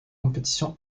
compétitions